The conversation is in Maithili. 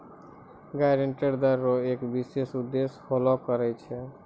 ग्रांट दै रो एक विशेष उद्देश्य होलो करै छै